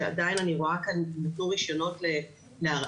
שעדיין אני רואה כאן יינתנו רישיונות להרעלה.